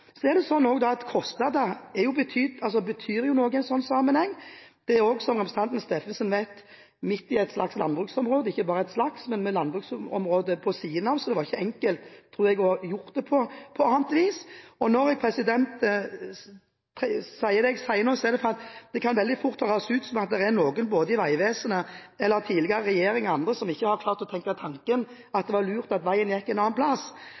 Så er det sånn at kostnader betyr noe i en sånn sammenheng. Dette er, som representanten Steffensen vet, midt i et landbruksområde, så det var ikke enkelt å gjøre det på annet vis. Når jeg nå sier det jeg sier, er det fordi det veldig fort kan dras ut som at det er noen i Vegvesenet, tidligere regjeringer eller andre som ikke har klart å tenke tanken at det var lurt at veien gikk et annet sted. Men jeg er veldig glad for at der en